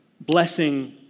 blessing